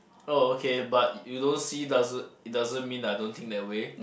oh okay but you you don't see doesn't it doesn't mean that I don't think that way